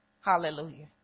hallelujah